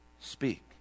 Speak